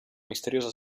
misteriosa